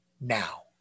now